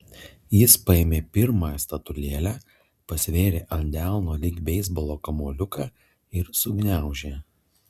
jis paėmė pirmą statulėlę pasvėrė ant delno lyg beisbolo kamuoliuką ir sugniaužė